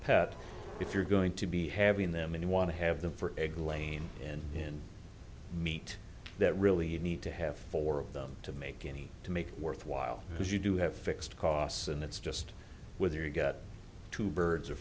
pet if you're going to be having them and you want to have them for egg lane and in meat that really you need to have four of them to make any to make it worthwhile because you do have fixed costs and it's just whether you got two birds